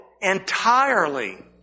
entirely